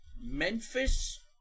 Memphis